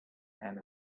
and